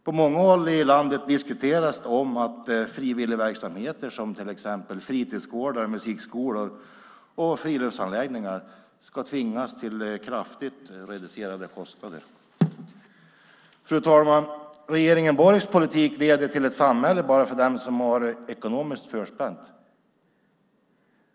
På många håll i landet diskuteras att frivilligverksamheter som fritidsgårdar, musikskolor och friluftsanläggningar ska tvingas till kraftigt reducerade kostnader. Fru talman! Regeringen Borgs politik leder till ett samhälle enbart för dem som har det ekonomiskt väl förspänt.